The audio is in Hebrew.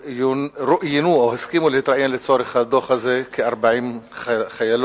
ורואיינו או הסכימו להתראיין לצורך הדוח הזה כ-40 חיילות.